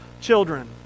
children